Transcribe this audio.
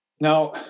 Now